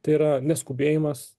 tai yra neskubėjimas